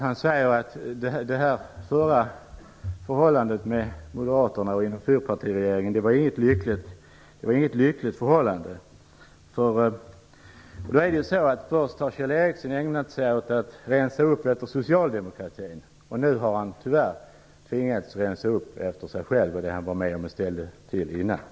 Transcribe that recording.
Han säger nämligen att det förra förhållandet med Moderaterna och inom fyrpartiregeringen inte var lyckligt. Först har Kjell Ericsson ägnat sig åt att rensa upp efter socialdemokratin. Nu har han tyvärr tvingats rensa upp efter det som han själv var med om att ställa till tidigare.